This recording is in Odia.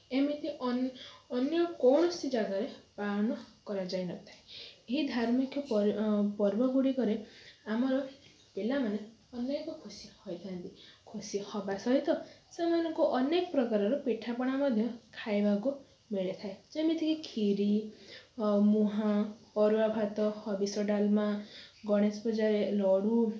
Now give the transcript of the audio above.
ଏମିତି ଅନ୍ୟ କୌଣସି ଜାଗାରେ ପାଳନ କରାଯାଇ ନ ଥାଏ ଏହି ଧାର୍ମିକ ପର୍ବ ଗୁଡ଼ିକରେ ଆମର ପିଲାମାନେ ଅନେକ ଖୁସି ହୋଇଥାନ୍ତି ଖୁସି ହେବା ସହିତ ସେମାନଙ୍କୁ ଅନେକ ପ୍ରକାରର ପିଠାପଣା ମଧ୍ୟ ଖାଇବାକୁ ମିଳିଥାଏ ଯେମିତିକି କ୍ଷୀରି ମୁଆଁ ଅରୁଆ ଭାତ ହବିଷ ଡାଲମା ଗଣେଶ ପୂଜାରେ ଲଡ଼ୁ